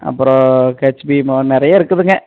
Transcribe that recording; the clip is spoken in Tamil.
அப்புறோம் கட்ச்வீமோ நிறைய இருக்குதுங்க